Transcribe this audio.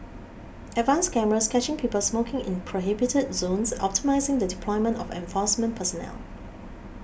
advanced cameras catching people smoking in prohibited zones optimising the deployment of enforcement personnel